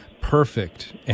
perfect